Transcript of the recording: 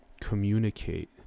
communicate